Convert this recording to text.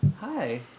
hi